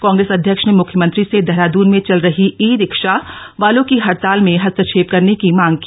कांग्रेस अध्यक्ष ने मुख्यमंत्री से देहरादन में चल रही ई रिक्शा वालों की हडताल में हस्तक्षेप करने की मांग की